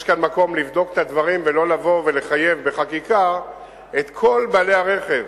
יש כאן מקום לבדוק את הדברים ולא לבוא ולחייב בחקיקה את כל בעלי הרכב